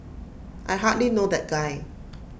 I hardly know that guy